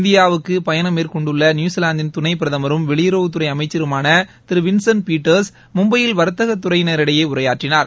இந்தியாவுக்கு பயணம் மேற்கொண்டுள்ள நியூசிலாந்து துணைப் பிரதமரும் வெளியுறவுத்துறை அமைச்சருமான திரு வின்சன்ட் பீட்டர்ஸ் மும்பையில் வர்த்தகத் துறையினரிடையே உரையாற்றினார்